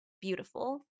Beautiful